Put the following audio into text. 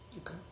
Okay